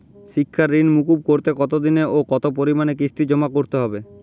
শিক্ষার ঋণ মুকুব করতে কতোদিনে ও কতো পরিমাণে কিস্তি জমা করতে হবে?